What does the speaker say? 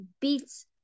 beats